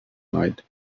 night